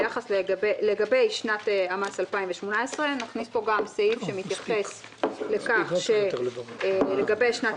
לגבי שנת המס 2018 נכניס פה גם סעיף שמתייחס לכך שלגבי שנת